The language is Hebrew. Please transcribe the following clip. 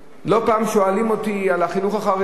לא פעם שואלים אותי על החינוך החרדי,